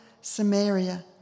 Samaria